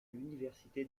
l’université